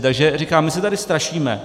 Takže říkám, my se tady strašíme.